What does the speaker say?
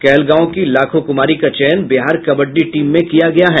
कहलगांव की लाखो कुमारी का चयन बिहार कबड्डी टीम में किया गया है